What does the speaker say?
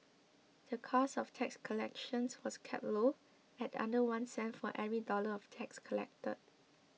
the cost of tax collections was kept low at under one cent for every dollar of tax collected